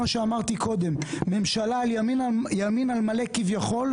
שאמרתי קודם: ממשלת ימין על מלא כביכול,